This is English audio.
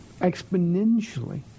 exponentially